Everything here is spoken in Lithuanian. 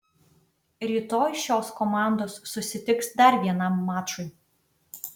rytoj šios komandos susitiks dar vienam mačui